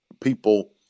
people